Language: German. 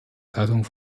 zeitung